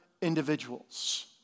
individuals